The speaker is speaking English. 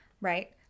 right